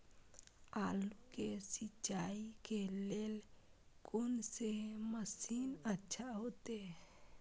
आलू के सिंचाई के लेल कोन से मशीन अच्छा होते?